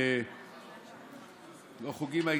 לא חוגים,